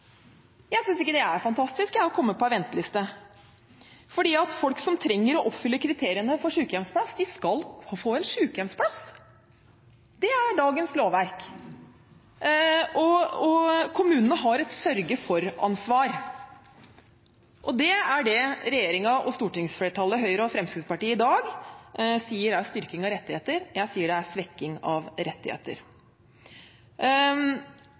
Jeg synes ikke det er fantastisk å komme på en venteliste, for folk som trenger og oppfyller kriteriene for sykehjemsplass, skal få en sykehjemsplass. Det er dagens lovverk. Kommunene har et sørge for-ansvar, og det er det regjeringen og stortingsflertallet sier er styrking av rettigheter. Jeg sier det er svekking av rettigheter.